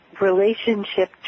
relationship